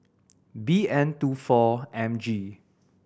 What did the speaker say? B N two four M G